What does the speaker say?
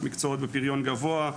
מקצועות בפריון גבוה,